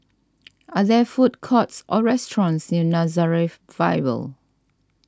are there food courts or restaurants near Nazareth Bible